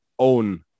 own